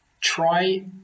try